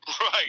Right